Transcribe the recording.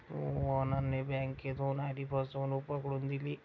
मोहनने बँकेत होणारी फसवणूक पकडून दिली